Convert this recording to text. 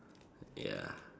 ya